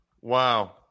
Wow